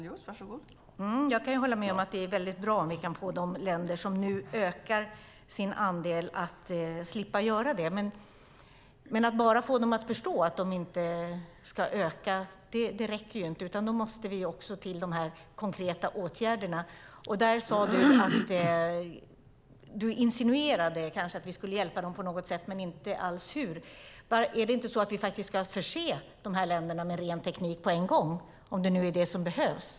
Fru talman! Jag kan hålla med om att det är väldigt bra om vi kan få de länder som nu ökar sin andel att inte göra det. Men att bara få dem att förstå att de inte ska öka utsläppen räcker inte, utan det måste också till konkreta åtgärder. Christer Winbäck sade att vi skulle hjälpa dem på något sätt, men sade inte alls hur. Är det inte så att vi faktiskt ska förse dessa länder med ren teknik på en gång, om det nu är det som behövs?